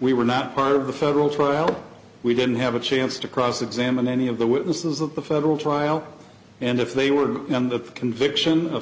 we were not part of the federal trial we didn't have a chance to cross examine any of the witnesses that the federal trial and if they were on the conviction of